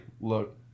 look